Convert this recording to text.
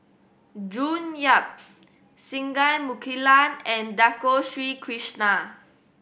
June Yap Singai Mukilan and Dato Sri Krishna